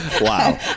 Wow